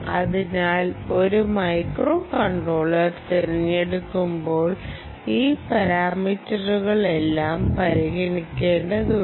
അതിനാൽ ഒരു മൈക്രോകൺട്രോളർ തിരഞ്ഞെടുക്കുമ്പോൾ ഈ പരാമീറ്ററുകളെല്ലാം പരിഗണിക്കേണ്ടതുണ്ട്